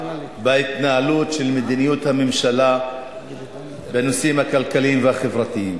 בהתנהלות של מדיניות הממשלה בנושאים הכלכליים והחברתיים.